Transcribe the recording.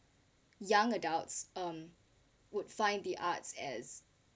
young adults um would find the arts as